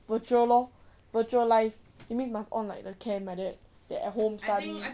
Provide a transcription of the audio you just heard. virtual lor virtual life that means must on like the cam like that then at home study